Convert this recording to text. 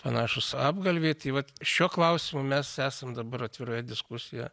panašūs apgalviai tai vat šiuo klausimu mes esam dabar atviroje diskusijoje